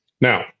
Now